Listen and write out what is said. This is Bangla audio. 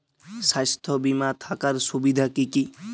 স্বাস্থ্য বিমা থাকার সুবিধা কী কী?